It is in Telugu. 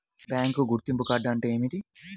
బ్యాంకు గుర్తింపు కార్డు అంటే ఏమిటి?